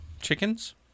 chickens